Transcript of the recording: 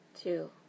Two